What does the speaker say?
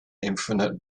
infinite